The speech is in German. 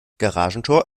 garagentor